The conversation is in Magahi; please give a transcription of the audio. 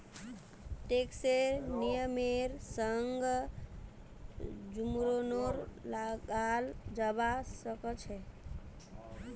टैक्सेर नियमेर संगअ जुर्मानो लगाल जाबा सखछोक